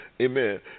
Amen